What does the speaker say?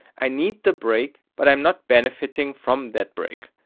i need the break, but i'm not benefitting from that break.